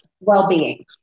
well-being